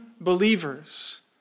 believers